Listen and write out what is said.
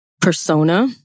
persona